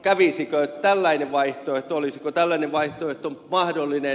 kävisikö tällainen vaihtoehto olisiko tällainen vaihtoehto mahdollinen